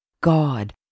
God